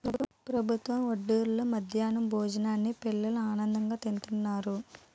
ప్రభుత్వ బడుల్లో మధ్యాహ్నం భోజనాన్ని పిల్లలు ఆనందంగా తింతన్నారు